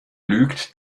lügt